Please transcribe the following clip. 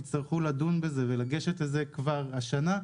תצטרך לדון בזה ולגשת לזה כבר השנה,